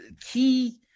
Key –